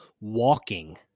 walking